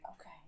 Okay